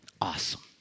awesome